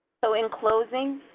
so in closing,